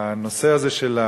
אני